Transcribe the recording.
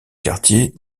quartier